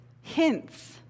hints